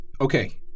Okay